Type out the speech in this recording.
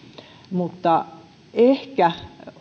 mutta ehkä